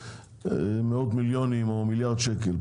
מאות מיליונים או מיליארד שקל.